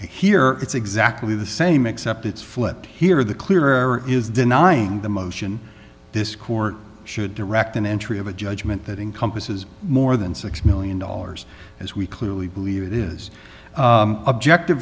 here it's exactly the same except it's flipped here the clear error is denying the motion this court should direct an entry of a judgment that encompasses more than six million dollars as we clearly believe it is objective